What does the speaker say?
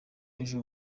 ejo